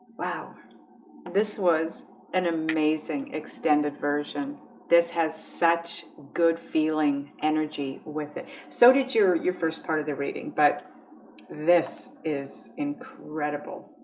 wow this was an amazing extended version. this has such good feeling energy with it. so did your your first part of the reading but this is incredible